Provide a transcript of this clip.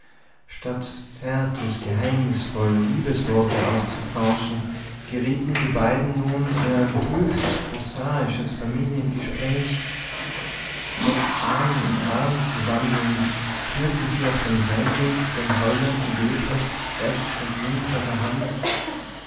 statt zärtlich geheimnisvoll liebesworte auszutauschen gerieten die beiden nun in ein höchst prosaisches familiengespräch statt arm in arm zu wandeln führten sie auf dem heimweg den heulenden lebrecht rechts und links an der hand